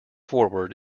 forward